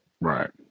Right